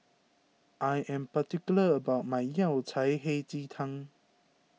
I am particular about my Yao Cai Hei Ji Tang